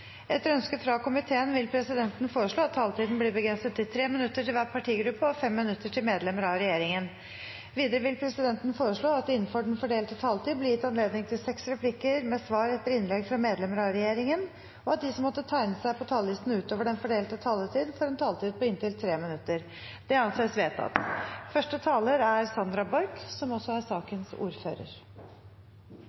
minutter til medlemmer av regjeringen. Videre vil presidenten foreslå at det – innenfor den fordelte taletid – blir gitt anledning til replikkordskifte på inntil seks replikker med svar etter innlegg fra medlemmer av regjeringen, og at de som måtte tegne seg på talerlisten utover den fordelte taletid, får en taletid på inntil 3 minutter. – Det anses vedtatt. Me skal no drøfta Dokument 8:107 S, som er eit framlegg frå Raudt om kraftkablar til utlandet. Som